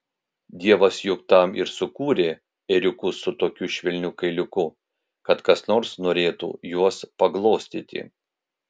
dievas juk tam ir sukūrė ėriukus su tokiu švelniu kailiuku kad kas nors norėtų juos paglostyti